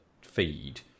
feed